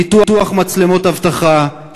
ניתוח מצלמות אבטחה,